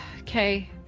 okay